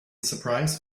surprise